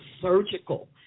surgical